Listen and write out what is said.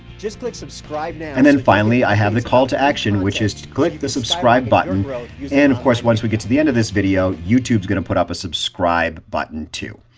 just click subscribe now. and then finally i have the call to action, which is to click the subscribe button and yeah and of course, once we get to the end of this video, youtube's going to put up a subscribe button too.